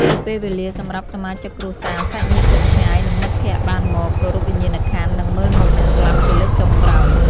ជាពេលវេលាសម្រាប់សមាជិកគ្រួសារ សាច់ញាតិជិតឆ្ងាយ និងមិត្តភក្តិបានមក គោរពវិញ្ញាណក្ខន្ធ និងមើលមុខអ្នកស្លាប់ជាលើកចុងក្រោយ។